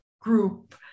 group